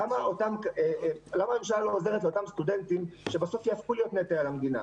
למה הממשלה לא עוזרת לאותם סטודנטים שבסוף יהפכו להיות נטל על המדינה?